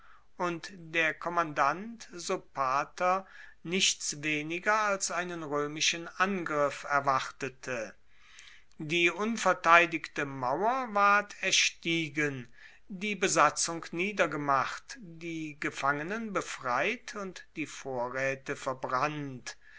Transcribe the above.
und der kommandant sopater nichts weniger als einen roemischen angriff erwartete die unverteidigte mauer ward erstiegen die besatzung niedergemacht die gefangenen befreit und die vorraete verbrannt